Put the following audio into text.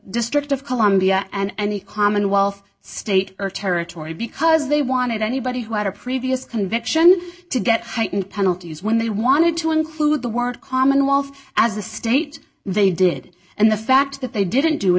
district of columbia and the commonwealth state or territory because they wanted anybody who had a previous conviction to get heightened penalties when they wanted to include the word commonwealth as a state they did and the fact that they didn't do it